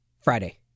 Friday